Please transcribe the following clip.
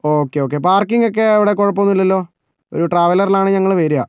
okay okay പാർക്കിങ്ങൊക്കെ കുഴപ്പമില്ലല്ലോ ഒരു ട്രാവലറിലാണ് ഞങ്ങൾ വരിക